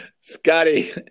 Scotty